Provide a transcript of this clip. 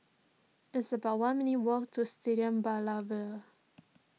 it's about one minutes' walk to Stadium Boulevard